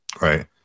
Right